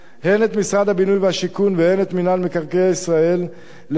הן את משרד הבינוי והשיכון והן את מינהל מקרקעי ישראל לשווק